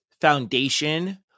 foundation